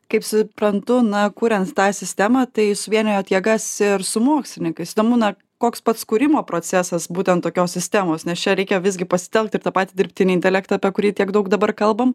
kaip suprantu na kuriant tą sistemą tai suvienijot jėgas ir su mokslininkais įdomu na koks pats kūrimo procesas būtent tokios sistemos nes čia reikia visgi pasitelkt ir tą patį dirbtinį intelektą apie kurį tiek daug dabar kalbam